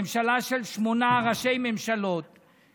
בממשלה של שמונה ראשי ממשלות,